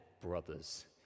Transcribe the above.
brothers